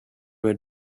were